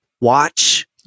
watch